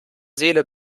seele